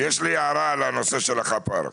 יש לי הערה לנושא של החפ"ר.